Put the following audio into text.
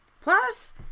Plus